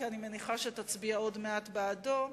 כי אני מניחה שתצביע עוד מעט בעדו,